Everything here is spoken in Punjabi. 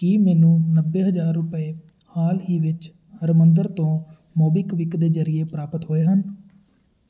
ਕੀ ਮੈਨੂੰ ਨੱਬੇ ਹਜ਼ਾਰ ਰੁਪਏ ਹਾਲ ਹੀ ਵਿੱਚ ਹਰਮੰਦਰ ਤੋਂ ਮੋਬੀਕਵਿਕ ਦੇ ਜ਼ਰੀਏ ਪ੍ਰਾਪਤ ਹੋਏ ਹਨ